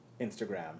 Instagram